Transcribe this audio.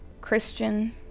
Christian